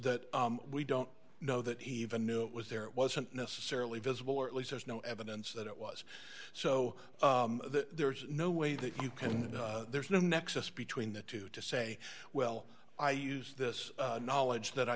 that we don't know that he even knew it was there it wasn't necessarily visible or at least there's no evidence that it was so there's no way that you can there's no nexus between the two to say well i use this knowledge that i